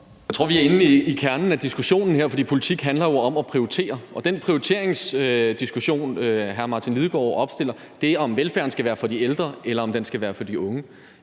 Jeg tror, vi er inde i kernen af diskussionen her, for politik handler jo om at prioritere, og den prioriteringsdiskussion, hr. Martin Lidegaard opstiller, er om, om velfærden skal være for de ældre, eller om den skal være for de unge.